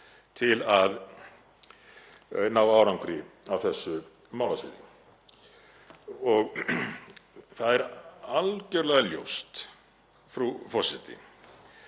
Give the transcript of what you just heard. til að ná árangri á þessu málasviði. Og það er algjörlega ljóst, frú forseti,